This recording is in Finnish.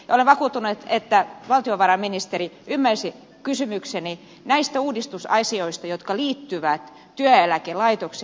olen vakuuttunut että valtiovarainministeri ymmärsi kysymykseni näistä uudistusasioista jotka liittyvät työeläkelaitoksiin